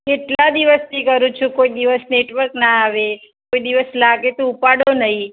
કેટલા દિવસથી કરું છું કોઈ દિવસ નેટવર્ક ના આવે કોઈ દિવસ લાગે તો ઉપાડો નહીં